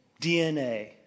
DNA